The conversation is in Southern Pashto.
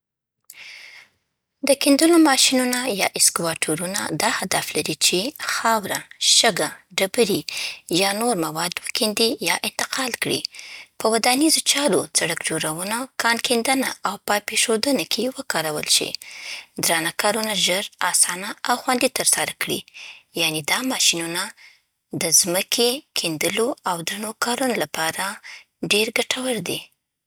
د کیندلو ماشینونه یا اسکواټورونه دا هدف لري چې: خاوره، شګه، ډبرې یا نور مواد وکیندي یا انتقال کړي. په ودانیزو چارو، سړک جوړونه، کان کیندنه او پایپ ایښودنه کې وکارول شي. درانه کارونه ژر، اسانه او خوندي ترسره کړي. یعنې، دا ماشینونه د ځمکې کیندلو او درنو کارونو لپاره ډېر ګټور دي.